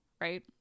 right